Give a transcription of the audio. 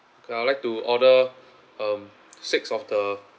I would like to order um six of the